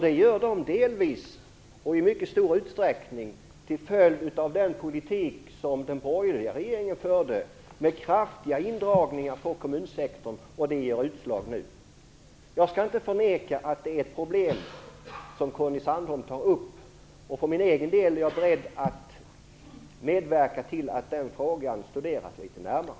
Det gör de i mycket stor utsträckning till följd av den politik som den borgerliga regeringen förde, med kraftiga indragningar på kommunsektorn. Det ger utslag nu. Jag skall inte förneka att Conny Sandholm tar upp ett problem. För min egen del är jag beredd att medverka till att frågan studeras litet närmare.